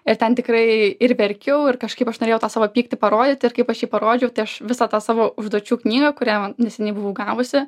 ir ten tikrai ir verkiau ir kažkaip aš norėjau tą savo pyktį parodyti ir kaip aš jį parodžiau aš visą tą savo užduočių knygą kurią neseniai buvau gavusi